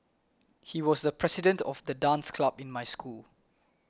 he was the president of the dance club in my school